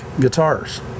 guitars